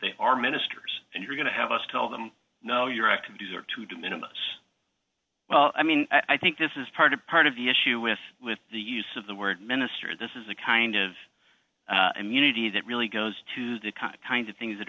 they are ministers and you're going to have us tell them no your activities are to diminish as well i mean i think this is part of part of the issue with the use of the word minister this is a kind of immunity that really goes to the kind of things that